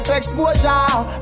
exposure